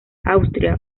austria